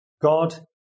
God